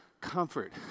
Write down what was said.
comfort